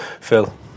Phil